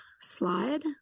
slide